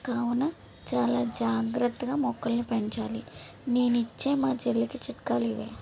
కావున చాలా జాగ్రత్తగా మొక్కల్ని పెంచాలి నేను ఇచ్చే మా చెల్లికి చిట్కాలు ఇవే